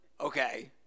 Okay